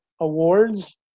awards